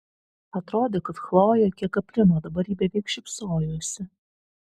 atrodė kad chlojė kiek aprimo dabar ji beveik šypsojosi